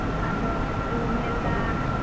ᱟᱫᱚ ᱠᱚ ᱢᱮᱱᱫᱟ